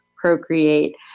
procreate